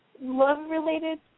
Love-related